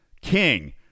King